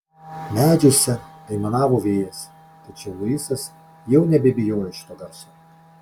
medžiuose aimanavo vėjas tačiau luisas jau nebebijojo šito garso